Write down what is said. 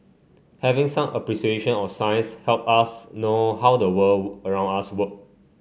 having some appreciation of science help us know how the world around us work